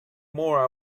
more